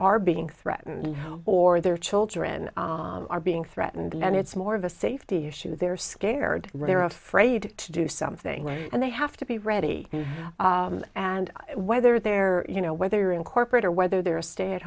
are being threatened or their children are being threatened and it's more of a safety issue they're scared they're afraid to do something and they have to be ready and whether they're you know whether in corporate or whether they're a stay at